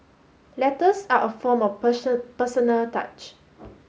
letters are a form of personal touch